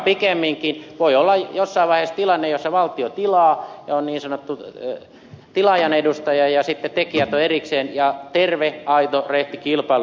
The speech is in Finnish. pikemminkin voi olla jossain vaiheessa tilanne jossa valtio tilaa ja on niin sanottu tilaajan edustaja ja sitten tekijät ovat erikseen ja terve aito rehti kilpailu takaa hinnat